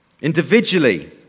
Individually